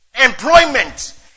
employment